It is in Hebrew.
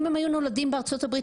אם הם היו נולדים בארצות הברית,